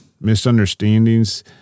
misunderstandings